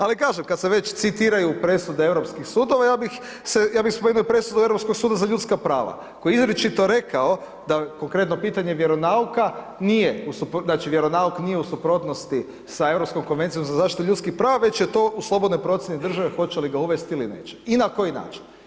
Ali kažem, kad se već citiraju presude europskih sudova, ja bih se jednu presudu Europskom sudu za ljudska prava, koji je izričito rekao, da konkretno pitanje vjeronauka nije, znači vjeronauk nije u suprotnosti sa Europskom konvencijom za zaštitu ljudskih prava već je to u slobodnoj procjeni države hoće li ga uvesti ili neće i na koji način.